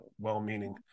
well-meaning